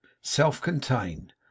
self-contained